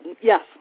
Yes